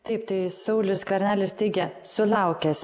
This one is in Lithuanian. taip tai saulius skvernelis teigia sulaukęs